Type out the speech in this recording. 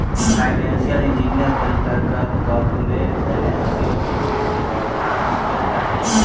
financial engineering के अंतर्गत corporate balance sheet के फिर से व्यवस्थापन कैल जा हई